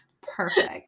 Perfect